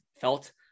felt